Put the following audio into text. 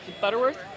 Butterworth